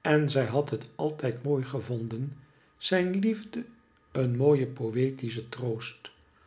en zij had het altijd mooi gevonden zijn liefde een mooie poetische troost